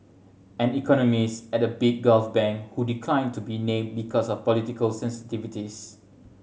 an economist at a big Gulf bank who declined to be named because of political sensitivities